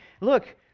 look